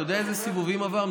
אתה יודע איזה סיבובים עברנו?